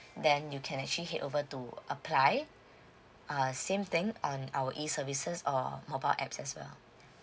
then you can actually head over to apply err same thing on our e services or mobile apps as well